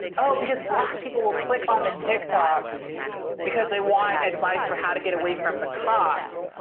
oh. because black people will click on the tiktok because they want advice for how to get away from the cops.